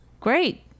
great